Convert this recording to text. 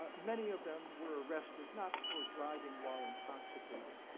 ah many of them were arrested, not for driving while intoxicated,